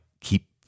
keep